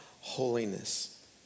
holiness